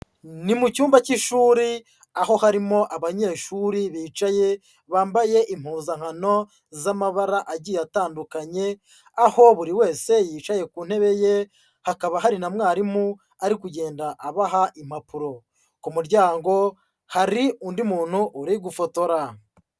Ni mu cyumba cy'ishuri, aho harimo abanyeshuri bicaye, bambaye impuzankano z'amabara agiye atandukanye, aho buri wese yicaye ku ntebe ye, hakaba hari na mwarimu ari kugenda abaha impapuro. Ku muryango, hari undi muntu uri gufotora.